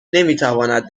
نمیتواند